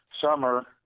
summer